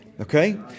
Okay